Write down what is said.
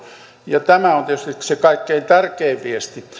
ja tämä on tietysti se kaikkein tärkein viesti